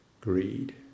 greed